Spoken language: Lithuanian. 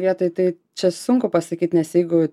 vietoj tai čia sunku pasakyt nes jeigu